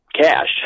cash